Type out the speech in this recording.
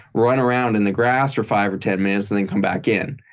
run around in the grass for five or ten minutes and then come back in.